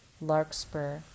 Larkspur